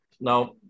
now